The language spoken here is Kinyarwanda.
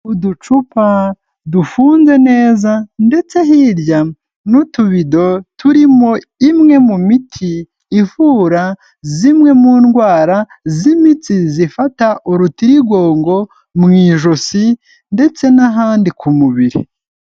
Uducupa dufunze neza ndetse hirya n'utubido turimo imwe mu miti, ivura zimwe mu ndwara z'imitsi zifata urutigongo, mu ijosi ndetse n'ahandi ku mubiri.